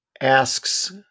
asks